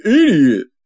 idiot